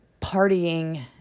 partying